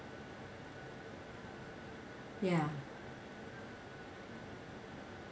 ya